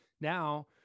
now